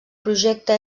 projecte